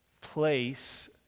place